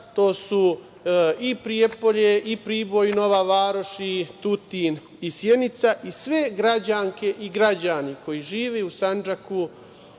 to su i Prijepolje, Priboj, Nova Varoš, Tutin i Sjenica i sve građanke i građani koji žive u Sandžaku